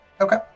Okay